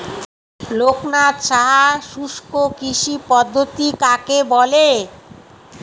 লোকনাথ সাহা শুষ্ককৃষি পদ্ধতি কাকে বলে?